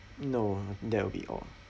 no ah that will be all